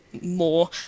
more